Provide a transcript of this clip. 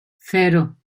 cero